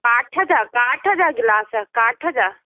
काठ जा काठ जा गिलास काठ जा